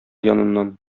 яныннан